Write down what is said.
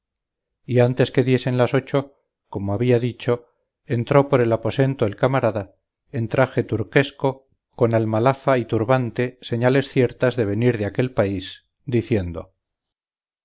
antes que diesen las ocho como había dicho entró por el aposento el camarada en traje turquesco con almalafa y turbante señales ciertas de venir de aquel país diciendo